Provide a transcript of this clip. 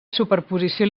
superposició